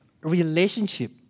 Relationship